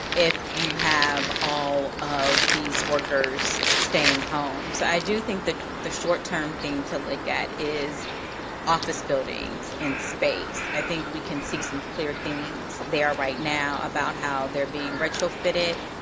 if you have all of these workers staying home? so i do think that the short term thing to look at is office buildings in space. i think we can see some clear things they are right now about how they're being retrofit it,